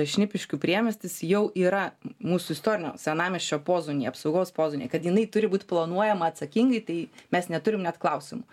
šnipiškių priemiestis jau yra mūsų istorinio senamiesčio pozonyje apsaugos pozonyje kad jinai turi būt planuojama atsakingai tai mes neturim net klausimų